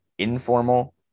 informal